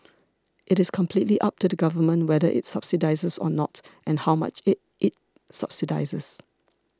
it is completely up to the Government whether it subsidises or not and how much it subsidises